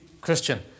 Christian